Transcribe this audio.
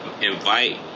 invite